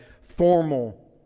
formal